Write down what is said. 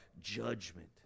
judgment